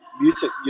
Music